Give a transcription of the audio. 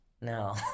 no